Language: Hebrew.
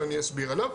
אלה,